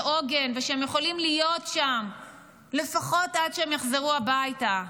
עוגן ושהם יכולים להיות שם לפחות עד שהם יחזרו הביתה.